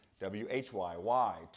W-H-Y-Y